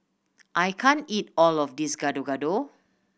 I can't eat all of this Gado Gado